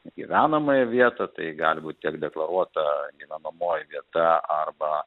į gyvenamąją vietą tai gali būti tiek deklaruota gyvenamoji vieta arba